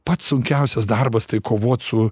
pats sunkiausias darbas tai kovot su